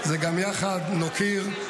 זה גם "יחד נוקיר",